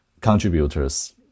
contributors